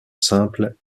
simple